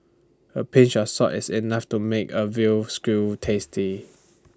A pinch of salt is enough to make A Veal Stew tasty